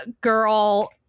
girl